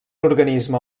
organisme